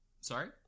Sorry